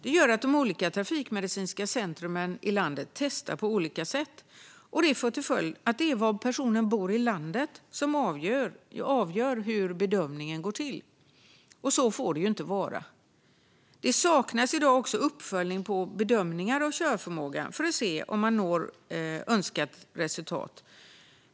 Detta gör att de olika trafikmedicinska centrumen i landet testar på olika sätt, och det får till följd att det är var i landet personen bor som avgör hur bedömningen går till. Så får det inte vara. Det saknas i dag också uppföljning av bedömningar av körförmåga för att se om man når önskat resultat.